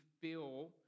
feel